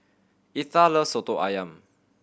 Etha loves Soto Ayam